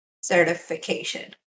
certification